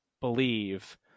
believe